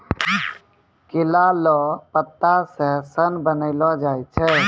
केला लो पत्ता से सन बनैलो जाय छै